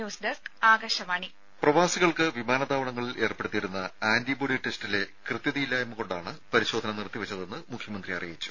news desk Akashvani രുഭ പ്രവാസികൾക്ക് വിമാനത്താവളങ്ങളിൽ ഏർപ്പെടുത്തിയിരുന്ന ആന്റിബോഡി ടെസ്റ്റിലെ കൃത്യതയില്ലായ്മകൊണ്ടാണ് പരിശോധന നിർത്തിവെച്ചതെന്ന് മുഖ്യമന്ത്രി അറിയിച്ചു